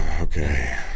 okay